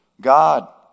God